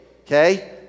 okay